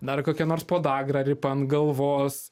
dar kokia nors podagra lipa ant galvos